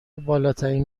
بالاترین